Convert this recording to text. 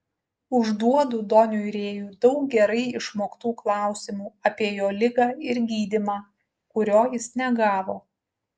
užduodu doniui rėjui daug gerai išmoktų klausimų apie jo ligą ir gydymą kurio jis negavo